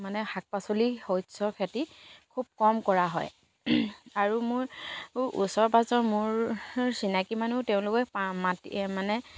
মানে শাক পাচলি শস্যৰ খেতি খুব কম কৰা হয় আৰু মোৰ ওচৰ পাঁজৰ মোৰ চিনাকি মানুহ তেওঁলোকো মাাটি মানে